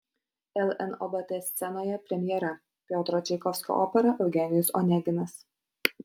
lnobt scenoje premjera piotro čaikovskio opera eugenijus oneginas